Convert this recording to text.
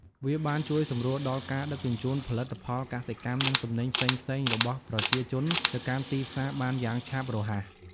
វាបានជួយសម្រួលដល់ការដឹកជញ្ជូនផលិតផលកសិកម្ម និងទំនិញផ្សេងៗរបស់ប្រជាជនទៅកាន់ទីផ្សារបានយ៉ាងឆាប់រហ័ស។